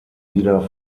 wieder